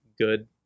good